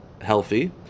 healthy